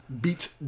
Beat